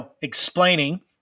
explaining